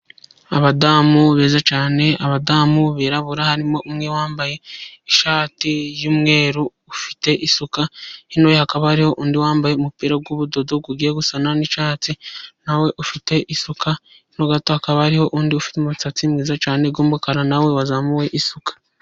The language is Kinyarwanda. Abadamu beza cyane, abadamu birabura harimo umwe wambaye ishati y'umweru ufite isuka, hino ye hakaba hari undi wambaye umupira w'ubudodo ugiye gusa n'icyatsi nawe ufite isuka, hino gato hakaba hariho undi ufite umusatsi mwiza cyane w' umukara nawe wazamuwe isuka.